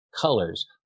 colors